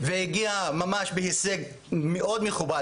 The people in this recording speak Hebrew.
והגיעה להישג מאוד מכובד,